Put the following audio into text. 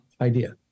idea